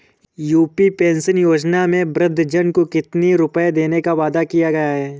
UP pension योजना में वृद्धजन को कितनी रूपये देने का वादा किया गया है?